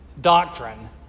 doctrine